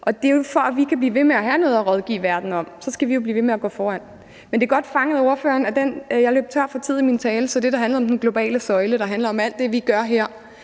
omstillet. For at vi kan blive ved med at have noget at rådgive verden om, skal vi jo blive ved med at gå foran. Men det er godt fanget af ordføreren. Jeg løb tør for tid i min tale i det, der handlede om den globale søjle og alt det, vi gør her.